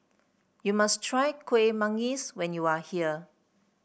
you must try Kueh Manggis when you are here